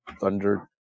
Thunder